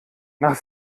nach